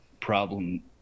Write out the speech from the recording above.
problem